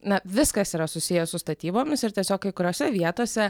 na viskas yra susiję su statybomis ir tiesiog kai kuriose vietose